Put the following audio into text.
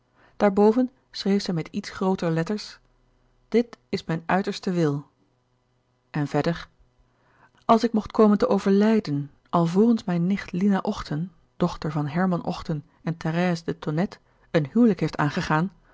boven schreef zij met iets grooter letters dit is mijn uiterste wil en verder als ik mocht komen te overlijden alvorens mijne nicht lina ochten dochter van herman ochten en therèse de gerard keller het testament van mevrouw de tonnette tonnette een huwelijk heeft aangegaan